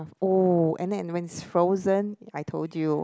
oh at night and when it's frozen I told you